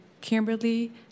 Kimberly